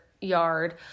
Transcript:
yard